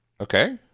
Okay